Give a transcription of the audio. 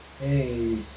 Hey